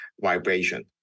vibration